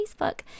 Facebook